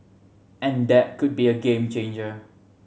and that could be a game changer